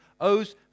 owes